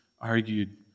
argued